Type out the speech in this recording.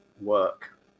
work